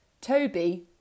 Toby